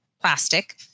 plastic